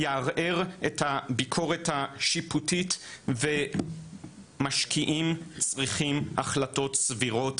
יערער את הביקורת השיפוטית ומשקיעים צריכים החלטות סבירות,